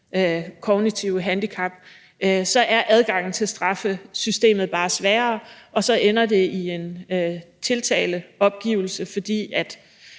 kognitive handicap. Så er adgangen til straffesystemet bare sværere, og så ender det med en tiltaleopgivelse, fordi